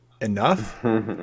enough